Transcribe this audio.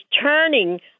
turning